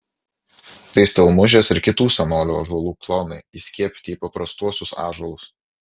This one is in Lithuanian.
tai stelmužės ir kitų senolių ąžuolų klonai įskiepyti į paprastuosius ąžuolus